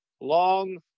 long